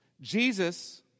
Jesus